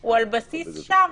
הוא על בסיס מה שהיה שם.